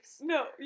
No